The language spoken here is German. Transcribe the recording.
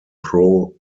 pro